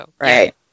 Right